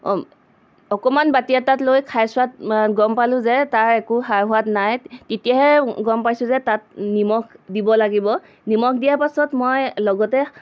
অকণমান বাতি এটাত লৈ খাই চোৱাত গম পালোঁ যে তাৰ একো সা সোৱাদ নাই তেতিয়াহে গম পাইছোঁ যে তাত নিমখ দিব লাগিব নিমখ দিয়াৰ পাছত মই লগতে